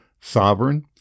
sovereign